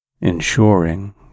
ensuring